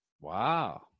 wow